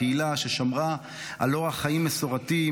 קהילה ששמרה על אורח חיים מסורתי,